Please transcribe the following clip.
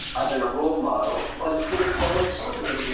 ah been a role model but it's been a double-edged sword, because again,